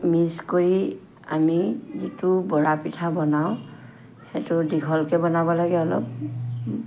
mix কৰি আমি যিটো বৰাপিঠা বনাওঁ সেইটো দীঘলকৈ বনাব লাগে অলপ